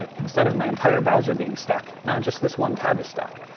instead of my entire browser being stuck, now just this one tab is stuck.